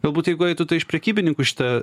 galbūt jeigu eitų tai iš prekybininkų šita